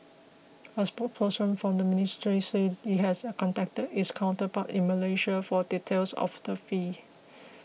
a spokesperson from the ministry said it has contacted its counterparts in Malaysia for details of the fee